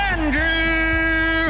Andrew